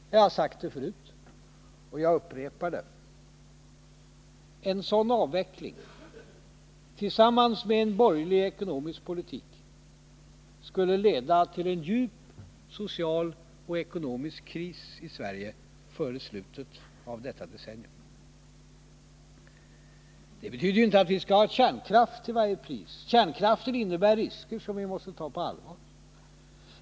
Jag har sagt det tidigare, och jag upprepar det: En sådan avveckling tillsammans med en borgerlig ekonomisk politik skulle före slutet av detta decennium leda till en djup social och ekonomisk kris i Sverige. Det betyder inte att vi skall ha kärnkraft till varje pris. Kärnkraft innebär risker som vi måste ta på allvar.